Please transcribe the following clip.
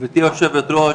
גברתי היושבת-ראש,